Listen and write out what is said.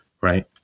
right